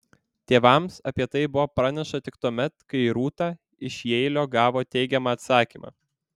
tėvams apie tai buvo pranešta tik tuomet kai rūta iš jeilio gavo teigiamą atsakymą